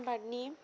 आबादनि